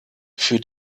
für